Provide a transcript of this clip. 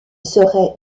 serait